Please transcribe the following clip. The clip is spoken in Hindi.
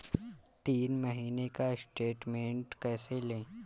तीन महीने का स्टेटमेंट कैसे लें?